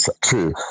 true